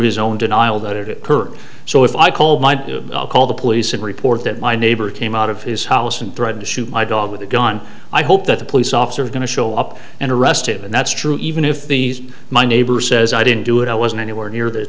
his own denial that it is her so if i call my do call the police and report that my neighbor team out of his house and threaten to shoot my dog with a gun i hope that the police officer is going to show up and arrested and that's true even if these my neighbor says i didn't do it i wasn't anywhere near th